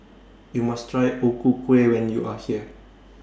YOU must Try O Ku Kueh when YOU Are here